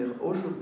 aujourd'hui